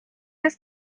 هست